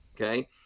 okay